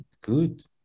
good